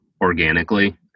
organically